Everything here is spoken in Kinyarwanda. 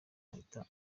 ahita